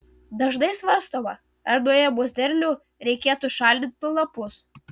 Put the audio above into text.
dažnai svarstoma ar nuėmus derlių reikėtų šalinti lapus